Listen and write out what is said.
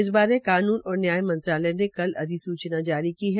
इस बारे कानून और न्याय मंत्रालय ने कल अधिसूचना जारी की है